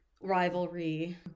rivalry